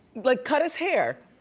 like cut his hair.